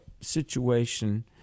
situation